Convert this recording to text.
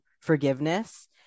forgiveness